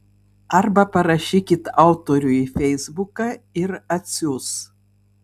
arba parašykit autoriui į feisbuką ir atsiųs